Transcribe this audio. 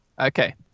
Okay